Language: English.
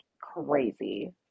crazy